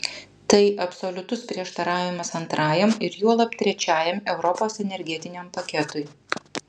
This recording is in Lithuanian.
tai absoliutus prieštaravimas antrajam ir juolab trečiajam europos energetiniam paketui